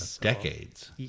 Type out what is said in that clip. Decades